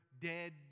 dead